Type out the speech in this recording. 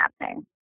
happening